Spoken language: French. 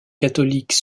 catholique